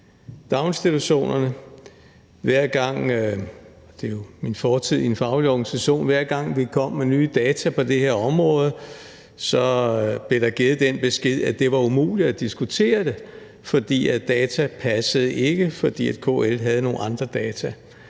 organisation, og hver gang vi kom med nye data på det her område, blev der givet den besked, at det var umuligt at diskutere det, fordi data ikke passede, fordi KL havde nogle andre data.